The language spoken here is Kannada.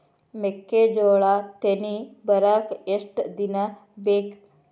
ಮೆಕ್ಕೆಜೋಳಾ ತೆನಿ ಬರಾಕ್ ಎಷ್ಟ ದಿನ ಬೇಕ್?